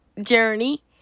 journey